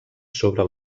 sobre